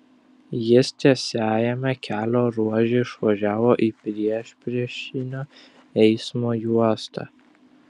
jis tiesiajame kelio ruože išvažiavo į priešpriešinio eismo juostą